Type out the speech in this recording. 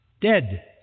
dead